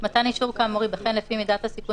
מתן אישור כאמור ייבחן לפי מידת הסיכון